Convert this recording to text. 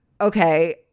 okay